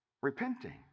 repenting